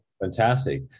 Fantastic